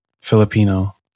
Filipino